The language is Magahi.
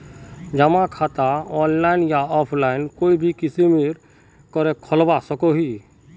जमा खाता ऑनलाइन या ऑफलाइन कोई भी किसम करे खोलवा सकोहो ही?